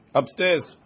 upstairs